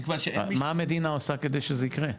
מכיוון שאין מי --- מה המדינה עושה כדי שזה יקרה?